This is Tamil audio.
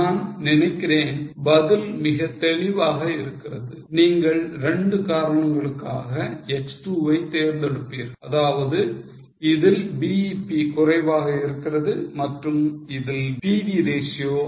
நான் நினைக்கிறேன் பதில் மிகத் தெளிவாக இருக்கிறது நீங்கள் 2 காரணங்களுக்காக X2 வை தேர்ந்தெடுப்பீர்கள் அதாவது இதில் BEP குறைவாக இருக்கிறது மற்றும் இதில் PV ratio அதிகமாக இருக்கிறது